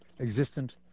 existent